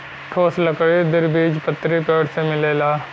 ठोस लकड़ी द्विबीजपत्री पेड़ से मिलेला